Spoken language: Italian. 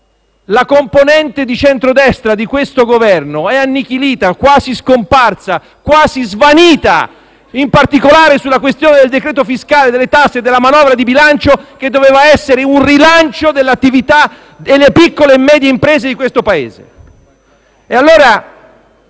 la componente di centrodestra di questo Governo è annichilita, quasi scomparsa, e quasi svanita, in particolare sulla questione del decreto fiscale, delle tasse e della manovra di bilancio, che doveva essere un rilancio dell'attività e delle piccole e medie imprese di questo Paese.